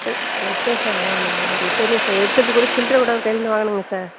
sir எடுத்தேன் sir அதுதான் நான் அவருக்கு தெரியும் சார் எடுத்துவிட்டு கூட சில்றரை கூட ஒரு கைலேருந்து வாங்கினேங்க சார்